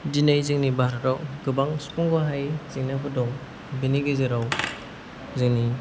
दिनै जोंनि भारताव गोबां सुफुंनो हायै जेंनाफोर दं बेनि गेजेराव जोंनि